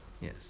Yes